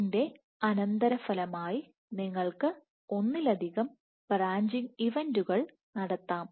ഇതിന്റെ അനന്തരഫലമായി നിങ്ങൾക്ക് ഒന്നിലധികം ബ്രാഞ്ചിംഗ് ഇവന്റുകൾ നടത്താം